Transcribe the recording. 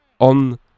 on